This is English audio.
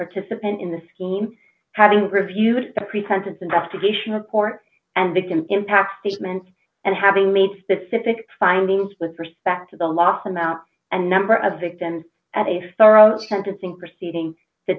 participant in the scheme having reviewed a pre sentence investigation report and victim impact statements and having made specific findings with respect to the loss amount and number of victims at a forty sentencing proceeding the